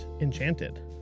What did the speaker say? enchanted